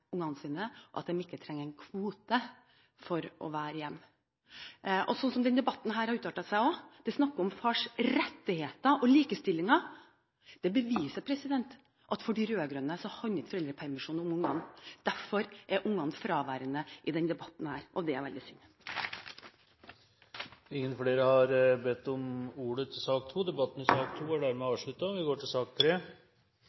sine og ikke trenger en kvote for å være hjemme. Denne debatten, sånn som den har utartet seg – det snakkes om fars rettigheter og likestilling – beviser at for de rød-grønne handler ikke foreldrepermisjonen om barna. Derfor er barna fraværende i denne debatten, og det er veldig synd. Flere har ikke bedt om ordet til sak